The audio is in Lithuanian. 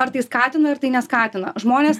ar tai skatina ar tai neskatina žmonės